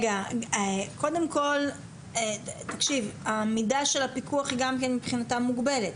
המידע של הפיקוח מוגבל.